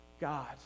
God